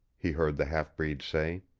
he heard the half-breed say.